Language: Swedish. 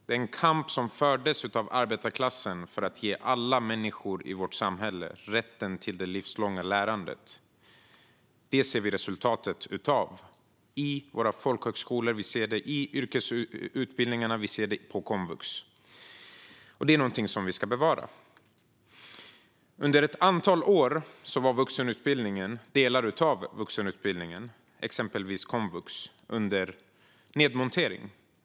Den kamp som fördes av arbetarklassen för att ge alla människor i vårt samhälle rätten till det livslånga lärandet ser vi resultatet av i våra folkhögskolor, i yrkesutbildningarna och på komvux. Detta är någonting som vi ska bevara. Under ett antal år var delar av vuxenutbildningen, exempelvis komvux, under nedmontering.